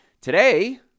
Today